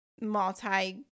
multi